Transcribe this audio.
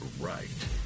right